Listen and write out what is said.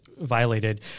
violated